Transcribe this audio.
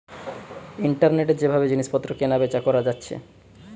ইন্টারনেটে যে ভাবে জিনিস পত্র কেনা বেচা কোরা যাচ্ছে